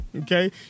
Okay